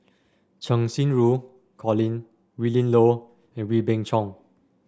Cheng Xinru Colin Willin Low and Wee Beng Chong